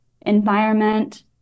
environment